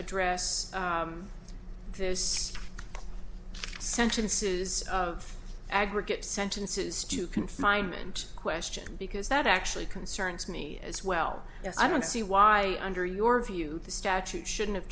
address those six sentences of aggregate sentences to confinement question because that actually concerns me as well i don't see why under your view the statute should have